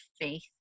faith